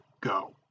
go